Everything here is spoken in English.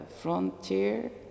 frontier